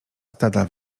stada